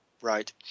right